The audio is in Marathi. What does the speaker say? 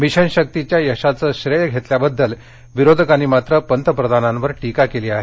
मिशन शक्तीच्या यशाचं श्रेय घेतल्याबद्दल विरोधकांनी पंतप्रधानांनी टीका केली आहे